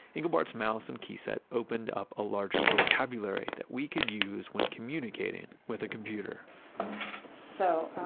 engelbart's mouse and keyset opened up a larger vocabulary that we could use when communicating with a computer so,